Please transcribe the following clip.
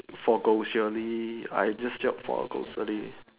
for grocery I just shop for grocery